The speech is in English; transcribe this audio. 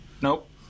Nope